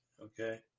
okay